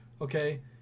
okay